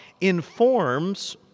informs